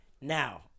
Now